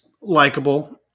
likable